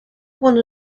one